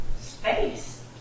space